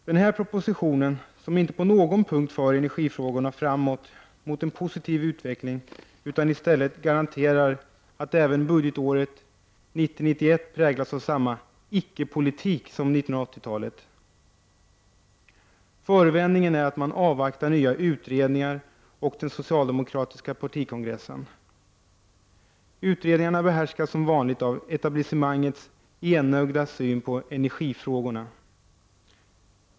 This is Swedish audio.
Denna proposition för inte på någon punkt energifrågorna framåt mot en positiv utveckling, utan garanterar i stället att även budgetåret 1990/91 kommer att präglas av samma ”icke-politik” som 1980-talet. Förevändningen är att man avvaktar nya utredningar och den socialdemokratiska partikongressen. Utredningarna behärskas som vanligt av etablissemangets enögda syn på energifrågorna.